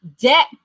debt